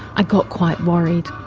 i got quite worried,